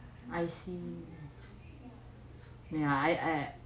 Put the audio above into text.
I see yeah I I